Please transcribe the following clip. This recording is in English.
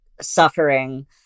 suffering